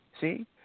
See